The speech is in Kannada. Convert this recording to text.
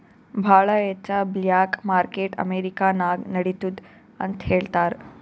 ಭಾಳ ಹೆಚ್ಚ ಬ್ಲ್ಯಾಕ್ ಮಾರ್ಕೆಟ್ ಅಮೆರಿಕಾ ನಾಗ್ ನಡಿತ್ತುದ್ ಅಂತ್ ಹೇಳ್ತಾರ್